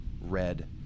red